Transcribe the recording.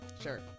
Sure